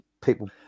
people